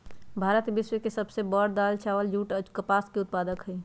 भारत विश्व के सब से बड़ दाल, चावल, दूध, जुट आ कपास के उत्पादक हई